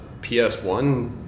PS1